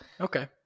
Okay